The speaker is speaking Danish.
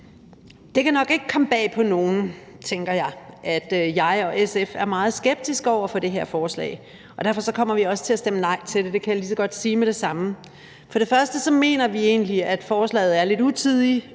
Det kan nok ikke komme bag på nogen, tænker jeg, at jeg og SF er meget skeptisk over for det her forslag, og derfor kommer vi også til at stemme nej til det. Det kan jeg lige så godt sige med det samme. For det første mener vi egentlig, at forslaget er lidt utidigt